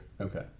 Okay